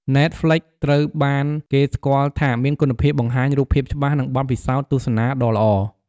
ណែតហ្ល្វិច ត្រូវបានគេស្គាល់ថាមានគុណភាពបង្ហាញរូបភាពច្បាស់ និងបទពិសោធន៍ទស្សនាដ៏ល្អ។